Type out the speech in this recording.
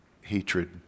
hatred